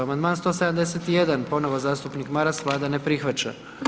Amandman 171. ponovno zastupnik Maras Vlada ne prihvaća.